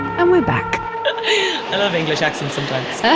and we're back i love english accents sometimes. yeah